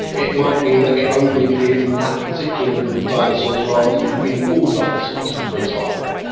it might mean that it only appears in that particular group of dinosaurs rather than in all dinosaurs, for example.